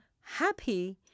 happy